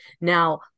Now